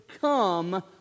come